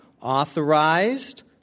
authorized